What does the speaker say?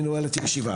אני נועל את הישיבה.